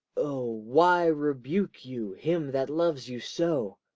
o, why rebuke you him that loves you so?